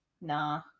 Nah